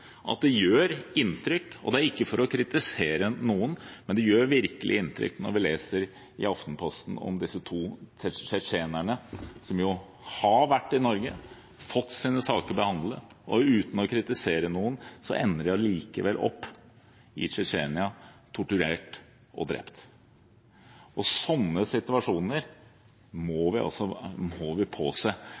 men det gjør virkelig inntrykk når vi leser i Aftenposten om disse to tsjetsjenerne som har vært i Norge, fått sine saker behandlet og likevel ender opp i Tsjetsjenia, torturert og drept. Slike situasjoner må vi påse at vi